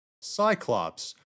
Cyclops